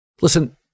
Listen